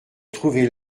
trouvait